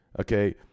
Okay